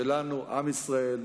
שלנו עם ישראל,